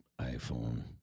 iPhone